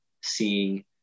seeing